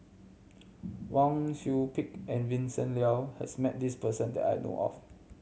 Wang Sui Pick and Vincent Leow has met this person that I know of